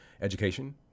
education